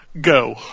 Go